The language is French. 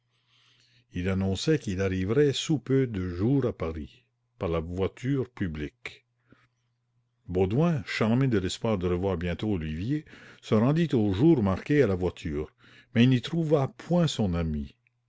il annonçait qu'il arriverait sous peu de jours à paris par la voiture publique baudouin charmé de l'espoir de revoir bientôt olivier se rendit au jour marqué à la voiture mais il n'y trouva point son ami